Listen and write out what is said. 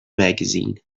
magazine